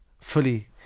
fully